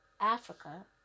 Africa